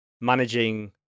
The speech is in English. managing